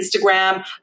Instagram